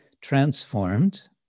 transformed